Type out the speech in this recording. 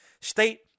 State